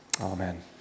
Amen